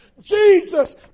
Jesus